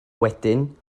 wedyn